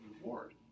reward